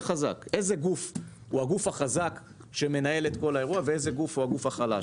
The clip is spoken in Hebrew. איזה גוף הוא הגוף החזק שמנהל את כל האירוע ואיזה גוף הוא הגוף החלש.